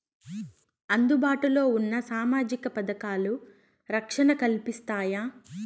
అందుబాటు లో ఉన్న సామాజిక పథకాలు, రక్షణ కల్పిస్తాయా?